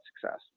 success